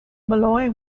molloy